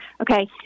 Okay